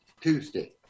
Tuesday